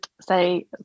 say